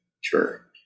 sure